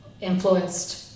influenced